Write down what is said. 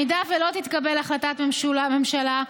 אם לא תתקבל החלטת ממשלה,